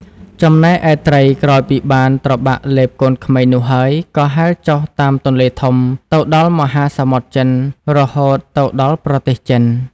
ចំណែកឯត្រី ក្រោយពីបានត្របាក់លេបកូនក្មេងនោះហើយ ក៏ហែលចុះតាមទន្លេធំទៅដល់មហាសមុទ្រចិន រហូតទៅដល់ប្រទេសចិន។